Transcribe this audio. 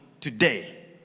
Today